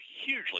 hugely